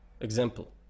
example